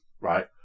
right